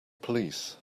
police